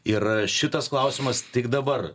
ir šitas klausimas tik dabar